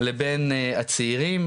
לבין הצעירים,